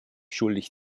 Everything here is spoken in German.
schuldig